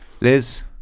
Liz